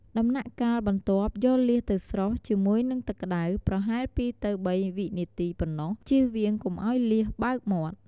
ដំណាក់កាលបន្ទាប់យកលៀសទៅស្រុះ ជាមួយនឹងទឹកក្តៅ ប្រហែល២ទៅ៣វិនាទីប៉ុណ្តោះ ជៀសវាងកុំឲ្យលៀសបើកមាត់។